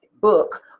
book